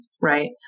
right